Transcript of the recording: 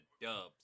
dubs